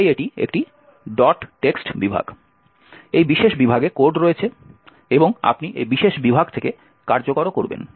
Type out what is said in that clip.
তাই এটি একটি text বিভাগ এই বিশেষ বিভাগে কোড রয়েছে এবং আপনি এই বিশেষ বিভাগ থেকে কার্যকর করবেন